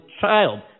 child